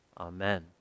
amen